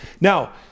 now